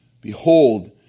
Behold